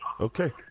Okay